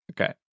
Okay